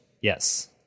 Yes